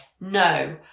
no